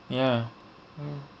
ya hmm